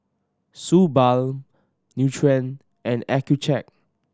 Suu Balm Nutren and Accucheck